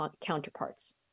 counterparts